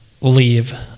leave